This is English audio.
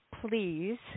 Please